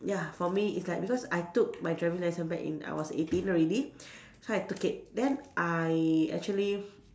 ya for me is like because I took my driving licence back in I was eighteen already so I took it then I actually